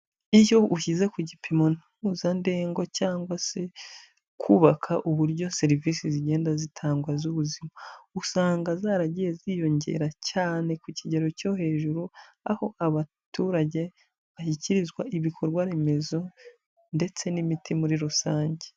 Iyo ushyize ku gipimo mpuzandengo cyangwa se kubaka uburyo serivisi zigenda zitangwa z'ubuzima usanga zaragiye ziyongera cyane ku kigero cyo hejuru, aho abaturage bashyikirizwa ibikorwaremezo ndetse n'imiti muri rusange.